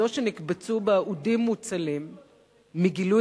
זו שנקבצו בה אודים מוצלים מגילוי